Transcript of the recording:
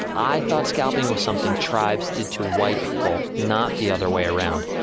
i thought scalping was something tribes did to white people, not the other way around.